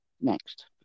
next